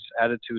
attitude